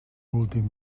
últim